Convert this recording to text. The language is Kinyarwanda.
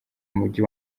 mujyi